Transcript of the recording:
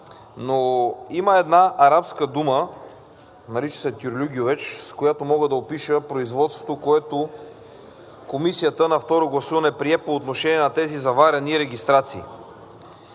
Но има една арабска дума, нарича се тюрлюгювеч, с която мога да опиша производството, което Комисията на второ гласуване прие по отношение на тези заварени регистрации.